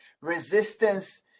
resistance